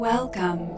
Welcome